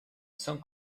son